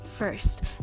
first